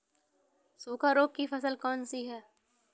सूखा रोग की फसल कौन सी है?